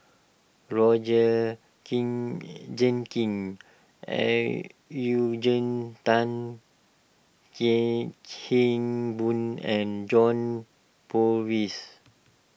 Roger king Jenkins Eugene Tan Kheng Boon and John Purvis